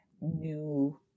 new